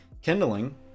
kindling